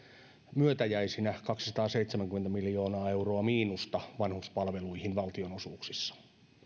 myötäjäisinä kaksisataaseitsemänkymmentä miljoonaa euroa miinusta vanhuspalveluihin valtionosuuksissa